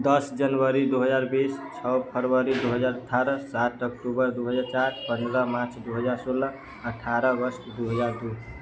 दस जनवरी दो हजार बीस छओ फरवरी दू हजार अठारह सात अक्टूबर दू हजार सात पन्द्रह मार्च दू हजार सोलह अठारह अगस्त दू हजार दू